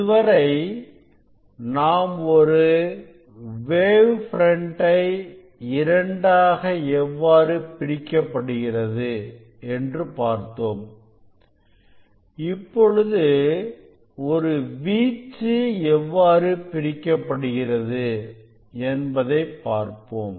இதுவரை நாம் ஒரு வேவு பிரண்ட் இரண்டாக எவ்வாறு பிரிக்கப்படுகிறது என்று பார்த்தோம் இப்பொழுது ஒரு வீச்சு எவ்வாறு பிரிக்கப்படுகிறது என்பதை பார்ப்போம்